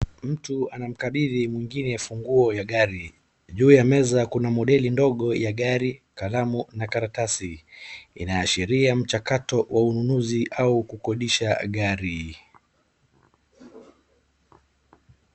Mtu anamkabidhi mwingine funguo ya gari. Juu ya meza kuna modeli ndogo ya gari, kalamu na karatasi. Inaashiria mchakato wa ununuzi au kukondisha gari.